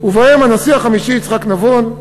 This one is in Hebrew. ובהם הנשיא החמישי יצחק נבון,